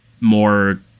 more